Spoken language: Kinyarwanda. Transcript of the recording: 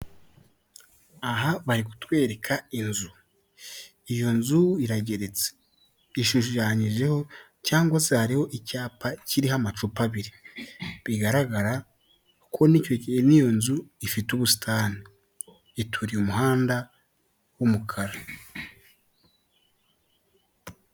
Aha bari kutwereka inzu iyo nzu iragiretse ishushanyijeho cyangwa se hariho icyapa kiriho amacupa abiri, bigaragara ko n'iyo nzu ifite ubusitani, ituriye umuhanda w'umukara.